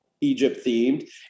Egypt-themed